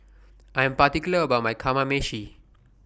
I Am particular about My Kamameshi